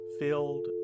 filled